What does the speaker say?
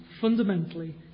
fundamentally